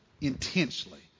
intensely